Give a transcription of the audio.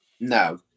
no